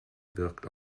wirkt